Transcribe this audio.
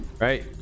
Right